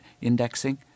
indexing